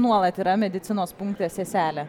nuolat yra medicinos punkte seselė